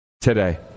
today